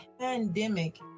pandemic